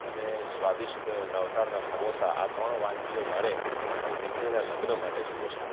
અને સ્વાદિષ્ટ નવતાડનાં સમોસા આ ત્રણ વાનગીઓ મારે મારી દીકરીનાં લગ્ન માટે જોઈએ છે